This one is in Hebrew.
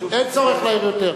אין צורך להעיר יותר.